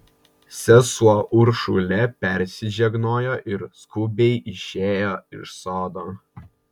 sesuo uršulė persižegnojo ir skubiai išėjo iš sodo